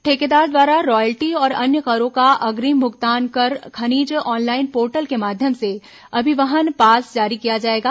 ठेकेदार द्वारा रायल्टी और अन्य करों का अग्रिम भुगतान कर खनिज ऑनलाइन पोर्टल के माध्यम से अभिवहन पास जारी किया जाएगा